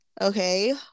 okay